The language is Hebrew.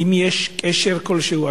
האם יש קשר כלשהו,